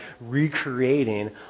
recreating